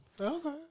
Okay